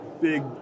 big